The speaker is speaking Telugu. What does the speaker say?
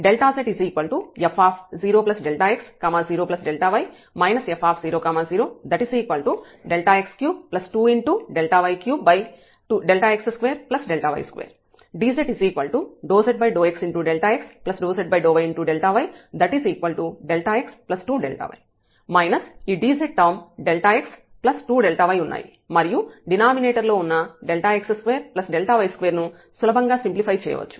zf0x0y f00Δx32Δy3Δx2Δy2 dz∂z∂xx∂z∂yΔyx2Δy మైనస్ ఈ dz టర్మ్ Δx2Δy ఉన్నాయి మరియు డినామినేటర్ లో వున్న Δx2Δy2 ను సులభంగా సింప్లిఫై చేయవచ్చు